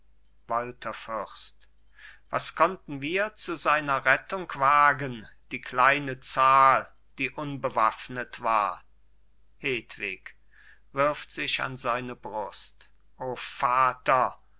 fürst was konnten wir zu seiner rettung wagen die kleine zahl die unbewaffnet war hedwig wirft sich an seine brust o vater